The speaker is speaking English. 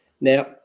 Now